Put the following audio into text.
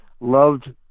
loved